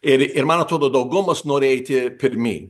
ir ir man atrodo daugumas nori eiti pirmyn